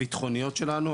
הביטחוניות שלנו.